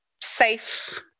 safe